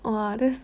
!wah! that's